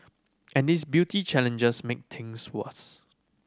and these beauty challenges make things worse